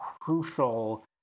crucial